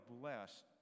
blessed